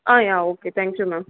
ah yeah okay thank you ma'am